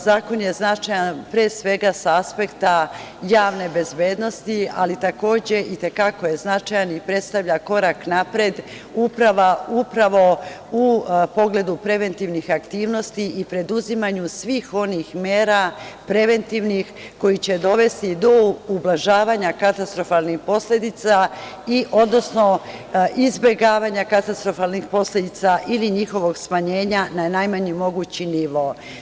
Zakon je značajan pre svega sa aspekta javne bezbednosti, ali takođe i te kako je značajan i predstavlja korak napred upravo u pogledu preventivnih aktivnosti i preduzimanju svih onih mera preventivnih koji će dovesti do ublažavanja katastrofalnih posledica, odnosno izbegavanja katastrofalnih posledica ili njihovog smanjenja na najmanji mogući nivo.